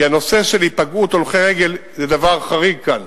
כי הנושא של היפגעות הולכי-רגל זה דבר חריג כאן